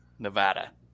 Nevada